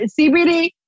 CBD